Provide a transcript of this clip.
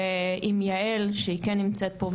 ועם יעל שכן נמצאת פה,